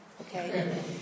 Okay